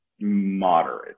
moderate